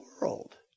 world